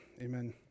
Amen